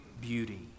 beauty